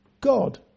God